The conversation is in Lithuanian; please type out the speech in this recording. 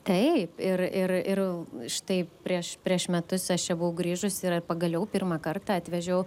taip ir ir ir štai prieš prieš metus aš čia buvau grįžusi ir pagaliau pirmą kartą atvežiau